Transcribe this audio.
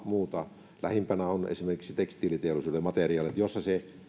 muuta lähimpänä ovat esimerkiksi tekstiiliteollisuuden materiaalit joissa se